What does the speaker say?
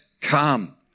come